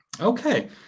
Okay